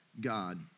God